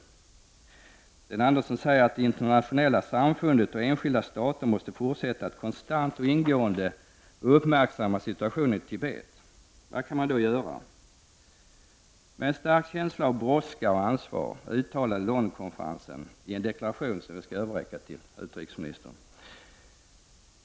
Sten Andersson säger att det internationella samfundet och enskilda stater måste fortsätta att konstant och ingående uppmärksamma situationen i Tibet. Vad kan man göra? Med en stark känsla av brådska och ansvar uttalade sig Londonkonferensen i en deklaration, som vi skall överräcka till utrikesministern.